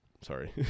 sorry